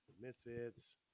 misfits